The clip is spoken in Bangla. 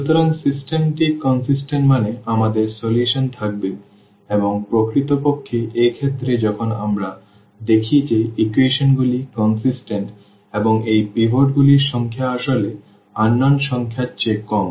সুতরাং সিস্টেম টি কন্সিস্টেন্ট মানে আমাদের সমাধান থাকবে এবং প্রকৃতপক্ষে এই ক্ষেত্রে যখন আমরা দেখি যে ইকুয়েশন গুলি কন্সিস্টেন্ট এবং এই পিভটগুলির সংখ্যা আসলে অজানা সংখ্যার চেয়ে কম